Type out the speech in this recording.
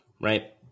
right